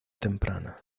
temprana